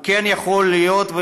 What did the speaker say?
הוא כן יכול להיות,